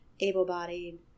able-bodied